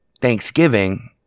Thanksgiving